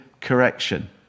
correction